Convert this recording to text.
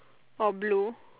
or blue